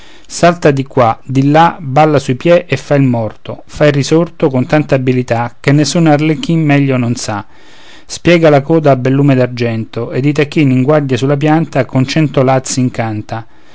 salta di qua di là balla sui piè fa il morto fa il risorto con tanta abilità che nessun arlecchin meglio non sa spiega la coda al bel lume d'argento ed i tacchini in guardia sulla pianta con cento lazzi incanta